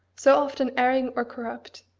so often erring or corrupt,